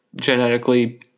genetically